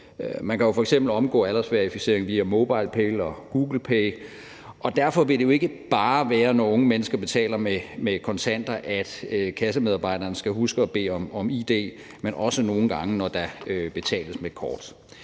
Man kan jo f.eks. omgå aldersverificering gennem MobilePay og Google Pay, og derfor vil det jo ikke bare være, når unge mennesker betaler med kontanter, at kassemedarbejderen skal huske at bede om id, men altså også nogle gange, når der betales med kort.